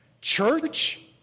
Church